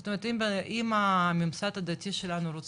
זאת אומרת אם הממסד הדתי שלנו,